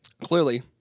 Clearly